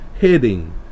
heading